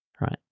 Right